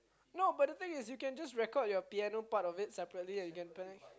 no but the thing is you can just record your piano part of it separately and you can play